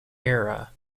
era